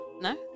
No